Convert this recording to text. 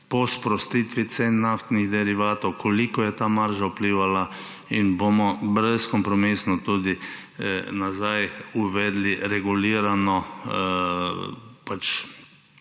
po sprostitvi cen naftnih derivatov, kolikor je ta marža vplivala, in bomo brezkompromisno tudi nazaj uvedli regulirano